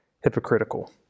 hypocritical